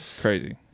crazy